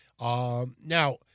Now